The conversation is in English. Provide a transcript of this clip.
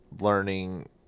learning